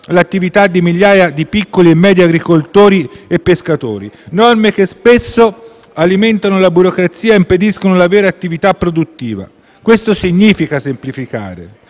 l'attività di migliaia di piccoli e medi agricoltori e pescatori. Norme che spesso alimentano la burocrazia e impediscono la vera attività produttiva. Questo significa semplificare: